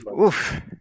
Oof